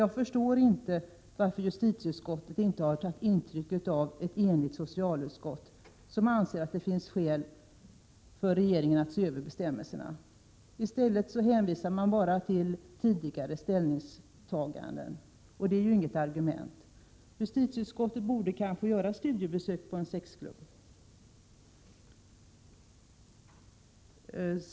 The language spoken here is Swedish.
Jag förstår inte varför justitieutskottet inte har tagit intryck av ett enigt socialutskott, som anser att det finns skäl för regeringen att se över bestämmelserna. Justitieutskottet hänvisar bara till tidigare ställningstaganden. Det är inget argument. Justitieutskottet borde kanske göra ett studiebesök på en sexklubb.